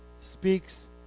speaks